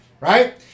right